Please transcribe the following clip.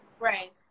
Right